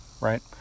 right